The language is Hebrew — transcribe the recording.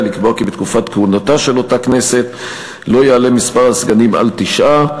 לקבוע כי בתקופת כהונתה של אותה הכנסת לא יעלה מספר הסגנים על תשעה,